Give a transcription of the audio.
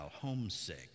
homesick